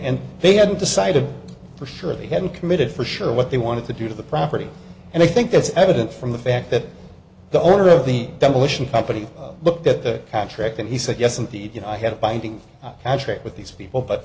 and they hadn't decided for sure they hadn't committed for sure what they wanted to do to the property and i think that's evident from the fact that the owner of the demolition company looked at the contract and he said yes indeed you know i had a binding contract with these people but